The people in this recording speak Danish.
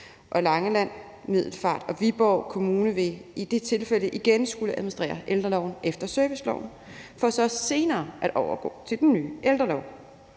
og Langeland, Middelfart og Viborg Kommune vil i det tilfælde igen skulle administrere ældreloven efter serviceloven for så senere at overgå til den nye ældrelov.